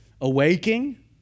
awaking